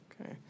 Okay